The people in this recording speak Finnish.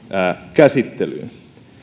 käsittelyyn